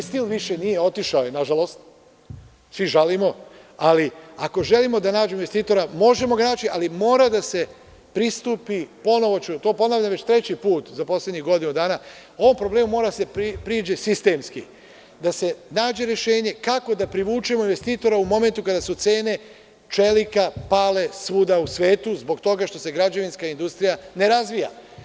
US Steel“ više nije, otišao je, na žalost, svi žalimo, ali ako želimo da nađemo investitora, možemo ga naći, ali može da se pristupi, to ponavljam već treći put za poslednjih godinu dana, jer ovom problemu mora da se priđe sistemski, da se nađe rešenje kako da privučemo investitora u momentu kada su cene čelika pale svuda u svetu, zbog toga što se građevinska industrija ne razvija.